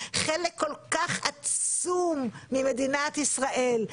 חלק כל כך עצום ממדינת ישראל,